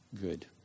good